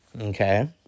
okay